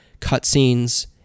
cutscenes